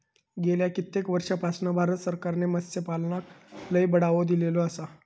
गेल्या कित्येक वर्षापासना भारत सरकारने मत्स्यपालनाक लय बढावो दिलेलो आसा